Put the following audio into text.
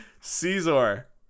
Caesar